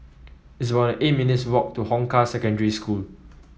it's about eight minutes' walk to Hong Kah Secondary School